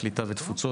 ותפוצות.